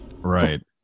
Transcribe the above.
Right